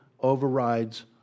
overrides